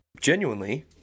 genuinely